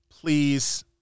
Please